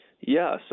Yes